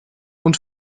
und